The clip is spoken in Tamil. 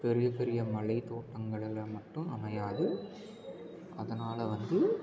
பெரிய பெரிய மலை தோட்டங்களில் மட்டும் அமையாது அதனால் வந்து